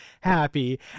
happy